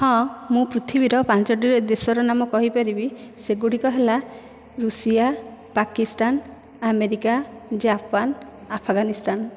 ହଁ ମୁଁ ପୃଥିବୀର ପାଞ୍ଚଟି ଦେଶର ନାମ କହିପାରିବି ସେଗୁଡ଼ିକ ହେଲା Russia Pakistan America Japan Afghanistan